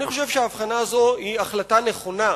אני חושב שההבחנה הזו היא החלטה נכונה,